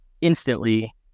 instantly